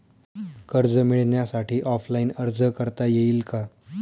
कर्ज मिळण्यासाठी ऑफलाईन अर्ज करता येईल का?